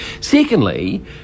Secondly